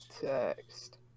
text